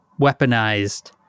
weaponized